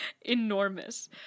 enormous